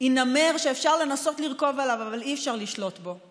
היא נמר שאפשר לנסות לרכוב עליו אבל אי-אפשר לשלוט בו.